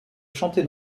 chanté